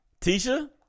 tisha